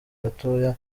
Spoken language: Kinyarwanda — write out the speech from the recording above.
gatoya